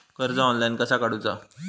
कर्ज ऑनलाइन कसा काडूचा?